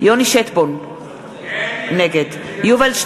יוני שטבון, נגד אין ילדים במדינת היהודים.